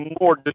More